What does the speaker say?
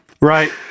Right